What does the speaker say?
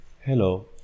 hello